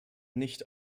nicht